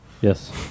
Yes